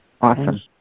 Awesome